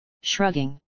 shrugging